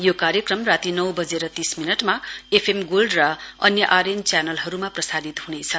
यो कार्यक्रम राती नौ बजेर तीस मिनटमा एफएम गोल्ड अन्य आरएन च्यानलहरुमा प्रसारित ह्नेछ